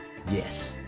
yes!